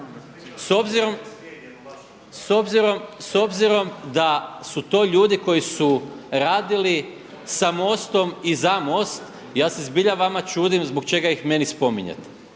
S obzirom da su to ljudi koji su radili sa MOST-om i za MOST ja se zbilja vama čudim zbog čega ih meni spominjete.